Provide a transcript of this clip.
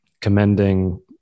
commending